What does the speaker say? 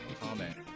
comment